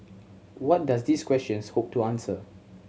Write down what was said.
what does these questions hope to answer